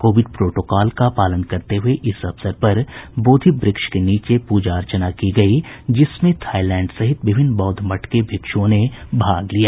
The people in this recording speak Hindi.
कोविड प्रोटोकॉल का पालन करते हुए इस अवसर पर बोधि वृक्ष के नीचे पूजा अर्चना की गयी जिसमें थाईलैंड सहित विभिन्न बौद्ध मठ के भिक्षुओं ने भाग लिया